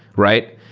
right?